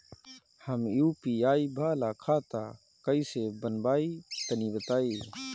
हम यू.पी.आई वाला खाता कइसे बनवाई तनि बताई?